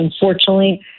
Unfortunately